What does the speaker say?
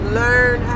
learn